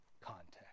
context